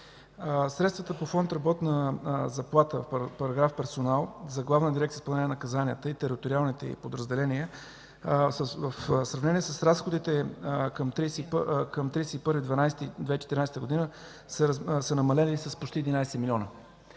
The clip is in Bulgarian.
Средствата по фонд „Работна заплата” – параграф „Персонал”, за Главна дирекция „Изпълнения на наказанията” и териториалните й подразделения, в сравнение с разходите към 31 декември 2014 г., са намалели с почти 11 милиона.